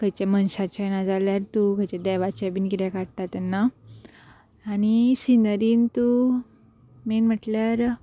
खंयचे मनशाचे ना जाल्यार तूं खंयचे देवाचें बीन कितें काडटा तेन्ना आनी सिनरीन तूं मेन म्हटल्यार